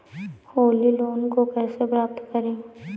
Holi loan को कैसे प्राप्त करें?